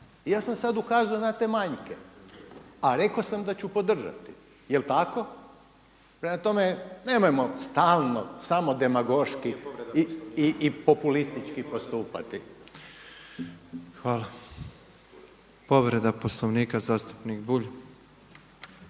ja sam sada ukazao na te manje a rekao sam da ću podržati. Je li tako? Prema tome, nemojmo stalno samo demagoški i populistički postupati. **Petrov, Božo (MOST)** Povreda Poslovnika zastupnik Bulj.